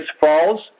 falls